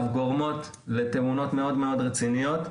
גורמות לתאונות מאוד מאוד רציניות.